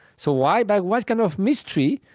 so why, by what kind of mystery,